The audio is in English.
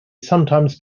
sometimes